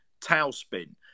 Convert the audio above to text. tailspin